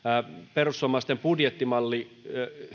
perussuomalaisten budjettimalli